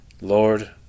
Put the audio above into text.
Lord